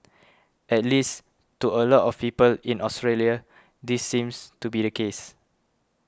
at least to a lot of people in Australia this seems to be the case